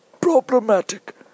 problematic